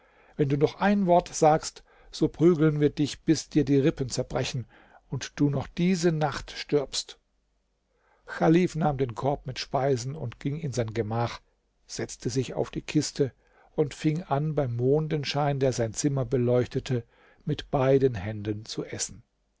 wenn du noch ein wort sagst so prügeln wir dich bis dir die rippen zerbrechen und du noch diese nacht stirbst chalif nahm den korb mit speisen und ging in sein gemach setzte sich auf die kiste und fing an beim mondenschein der sein zimmer beleuchtete mit beiden händen zu essen